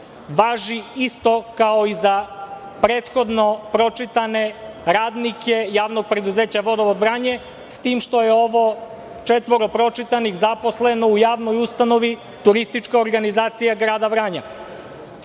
važi isto kao i za prethodno pročitane radnike JP „Vodovod“ Vranje, a s tim što je ovo četvoro pročitanih zaposleno u javnoj ustanovi Turistička organizacija Grada Vranja. Ovih